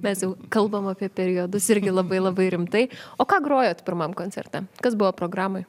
mes jau kalbam apie periodus irgi labai labai rimtai o ką grojot pirmam koncerte kas buvo programoj